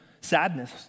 sadness